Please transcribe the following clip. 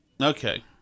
okay